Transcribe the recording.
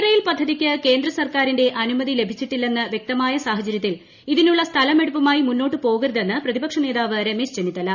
rail പദ്ധതിക്ക് കേന്ദ്രസർക്കാരിന്റെ അനുമതി ലഭിച്ചിട്ടില്ലെന്ന് വ്യക്തമായ സാഹചര്യത്തിൽ ് ഇതിനുള്ള സ്ഥലമെടുപ്പുമായി മുന്നോട്ടു പോകരുതെന്ന് പ്രതിപക്ഷനേതാവ് രമേശ് ചെന്നിത്തല